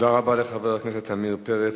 תודה רבה לחבר הכנסת עמיר פרץ.